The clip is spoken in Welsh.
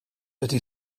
ydy